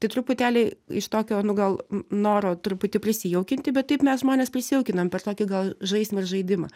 tai truputėlį iš tokio nu gal noro truputį prisijaukinti bet taip mes žmonės prisijaukinom per tokį gal žaismą ir žaidimą